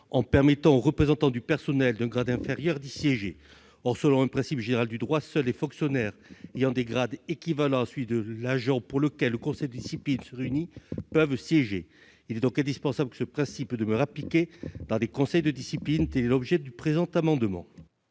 en permettant aux représentants du personnel d'un grade inférieur d'y siéger. Or, selon un principe général du droit, seuls les fonctionnaires ayant des grades équivalents à celui de l'agent pour lequel le conseil de discipline se réunit peuvent y siéger. Il est donc indispensable que ce principe demeure appliqué dans les conseils de discipline. Quel est l'avis de la commission